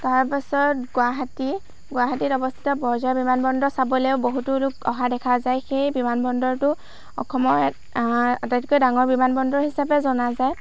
তাৰপাছত গুৱাহাটী গুৱাহাটীত অৱস্থিত বৰঝাৰ বিমানবন্দৰ চাবলৈও বহুতো লোক অহা দেখা যায় সেই বিমানবন্দৰটো অসমৰ আটাইতকৈ ডাঙৰ বিমানবন্দৰ হিচাপে জনা যায়